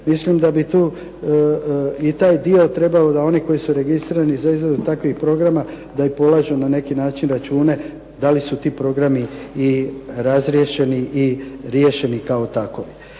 Mislim da bi tu i taj dio trebao da oni koji su registrirani za izradu takvih programa, da i polažu na neki način račune da li su ti programi i razriješeni i riješeni kao takovi.